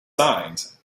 signs